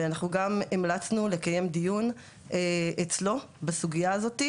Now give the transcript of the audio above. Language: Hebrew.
ואנחנו גם המלצנו לקיים דיון אצלו בסוגייה הזאת,